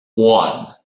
one